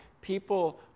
people